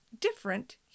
different